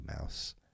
mouse